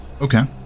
Okay